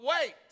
wait